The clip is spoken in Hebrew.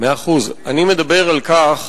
אני מדבר על כך,